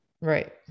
right